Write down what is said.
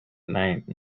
night